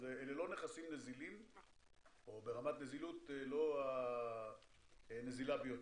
אלה לא נכסים נזילים או ברמת נזילות לא הנזילה ביותר.